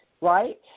right